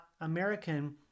American